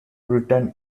written